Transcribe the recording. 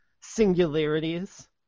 Singularities